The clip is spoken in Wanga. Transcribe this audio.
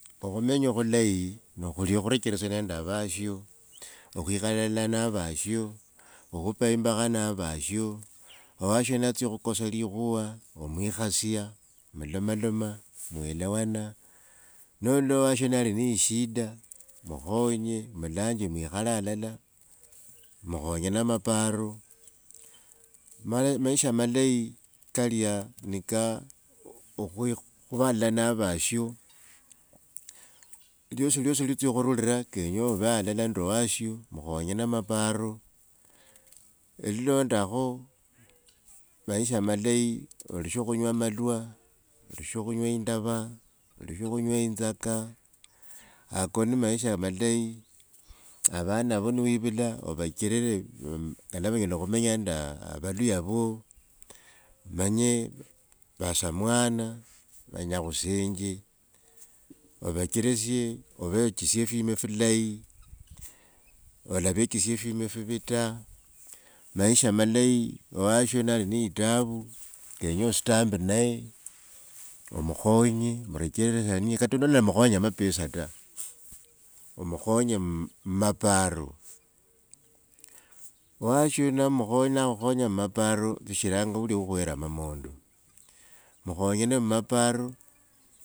Okhumenya khuleyi, nokhulia okhurechelesia ma vasho, khikhala alala nende avasho, okhupa imbakha na vasho, owasho natsya khukosa likhuva omwikhasia, mulomaloma mwelewana, nololola owasho nali ne ishida, mukhonye mulanje mwikhale alala, mukhonyane maparo, mene maisha malayi kalia okhwi- khuva alala na vasho, liosiliosi litsyo khurura kenya ove alala nende owasho, mukhonyane maparo, eelilondakho, maisha malayi oleshe khungw’a malwa, oleshe khunywa indava oleshe khunywa itsaka. Ako niko maisha malayi, avana vo nowivula, ovachelele valeshinga vanyela khumenya nende avaluhya vo, vamanyie va samwana, vanakhusenje ovacherisie obechise efyima filayi, alavechesia efyima fivita maisha malayi ovasho nali ne taavu kenya ostambe naye omukhonye murechelesia kata nolakhamukhonya mapesa ta omukhonye mmaparo. Owasho nom- nakhukhonya, mmaparo ushilanga ulia ukhwele amang’ondo, mukhonyane mmaparo.